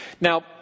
Now